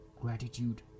Gratitude